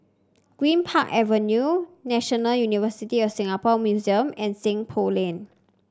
Greenpark Avenue National University of Singapore Museum and Seng Poh Lane